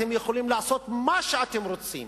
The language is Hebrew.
אתם יכולים לעשות מה שאתם רוצים.